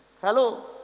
Hello